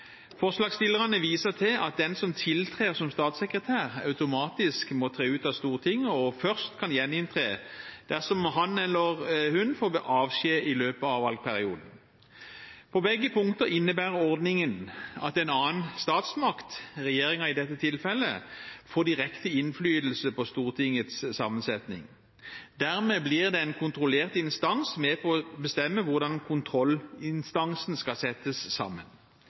Forslagsstillerne viser til at den som tiltrer som statssekretær, automatisk må tre ut av Stortinget og først kan gjeninntre dersom han eller hun får avskjed i løpet av valgperioden. På begge punkter innebærer ordningen at en annen statsmakt, regjeringen i dette tilfellet, får direkte innflytelse på Stortingets sammensetning. Dermed blir den kontrollerte instans med på å bestemme hvordan kontrollinstansen skal settes sammen.